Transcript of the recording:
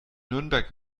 nürnberg